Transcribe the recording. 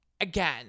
again